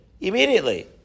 Immediately